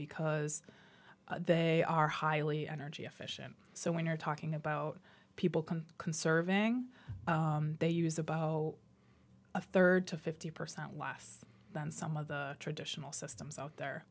because they are highly energy efficient so when you're talking about people can conserving they use about a third to fifty percent less than some of the traditional systems out there